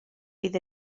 bydd